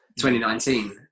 2019